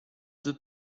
deux